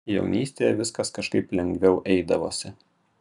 jaunystėje viskas kažkaip lengviau eidavosi